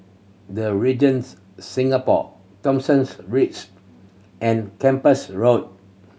The Regents Singapore Thomsons Ridges and Kempas Road